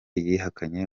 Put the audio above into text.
yihakanye